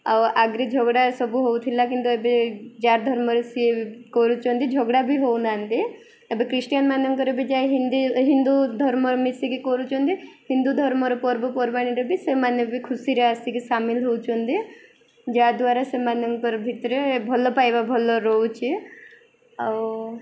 ଆଉ ଆଗରି ଝଗଡ଼ା ଏସବୁ ହେଉଥିଲା କିନ୍ତୁ ଏବେ ଯାର ଧର୍ମରେ ସିଏ କରୁଛନ୍ତି ଝଗଡ଼ା ବି ହଉନାହାନ୍ତି ଏବେ ଖ୍ରୀଷ୍ଟିଆନ ମାନଙ୍କରେ ବି ଯାଏ ହିନ୍ଦୀ ହିନ୍ଦୁ ଧର୍ମ ମିଶିକି କରୁଛନ୍ତି ହିନ୍ଦୁ ଧର୍ମର ପର୍ବପର୍ବାଣିରେ ବି ସେମାନେ ବି ଖୁସିରେ ଆସିକି ସାମିଲ ହେଉଛନ୍ତି ଯାହାଦ୍ୱାରା ସେମାନଙ୍କର ଭିତରେ ଭଲ ପାଇବା ଭଲ ରହୁଛି ଆଉ